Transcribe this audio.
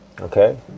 okay